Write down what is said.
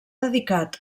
dedicat